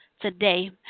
today